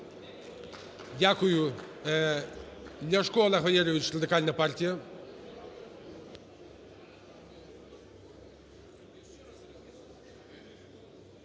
Дякую.